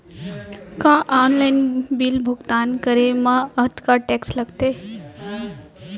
का online bill भुगतान करे मा अक्तहा टेक्स लगथे?